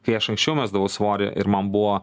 kai aš anksčiau mesdavau svorį ir man buvo